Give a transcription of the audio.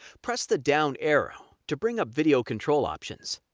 press the down arrow to bring up video control options.